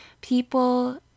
people